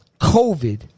COVID